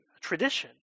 tradition